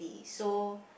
so